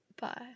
Bye